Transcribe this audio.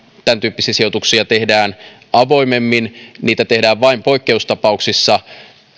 tämän tyyppisiä sijoituksia tehdään avoimemmin niitä tehdään vain poikkeustapauksissa